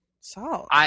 Salt